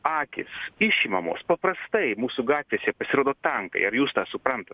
akys išimamos paprastai mūsų gatvėse pasirodo tankai ar jūs tą suprantat